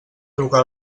trucar